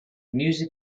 music